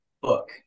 book